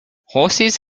horses